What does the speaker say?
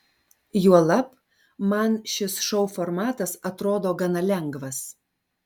juolab man šis šou formatas atrodo gana lengvas